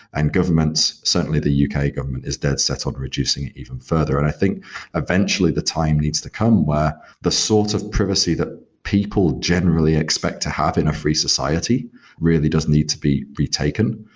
and governments, certainly the u k. government is dead-set on reducing it even further. and i think eventually the time needs to come where the sort of privacy that people generally expect to happen of free society really doesn't need to be retaken.